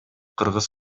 кыргыз